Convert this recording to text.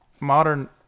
modern